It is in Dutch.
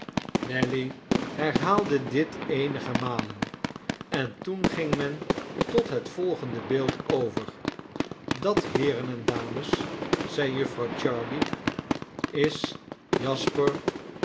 nelly herhaalde dit eenige malen en toen ging men tot het volgende beeld over dat heeren en dames zeide jufvrouw jarley is jasper